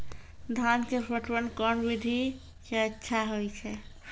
धान के पटवन कोन विधि सै अच्छा होय छै?